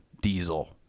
diesel